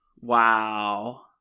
Wow